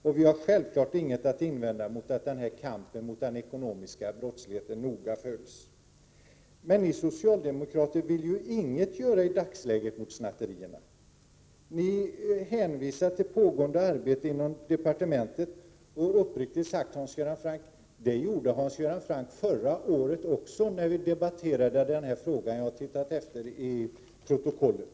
Och vi har självfallet ingenting att invända mot att kampen mot den ekonomiska brottsligheten följs noga. Men ni socialdemokrater vill ju inte göra någonting åt snatterierna i dagsläget. Ni hänvisar till pågående arbete i departementet. Uppriktigt sagt: Det gjorde Hans Göran Franck också förra året när vi debatterade den här frågan — jag har tittat efter i protokollet.